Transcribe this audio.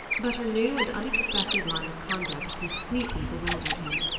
but her new and unexpected line of conduct completely bewildered him.